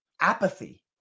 apathy